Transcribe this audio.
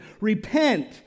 repent